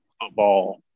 football